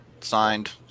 signed